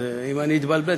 אז אם אני אתבלבל,